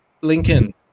Lincoln